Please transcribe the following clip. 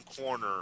corner